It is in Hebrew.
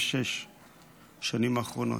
השנים האחרונות.